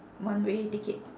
one way ticket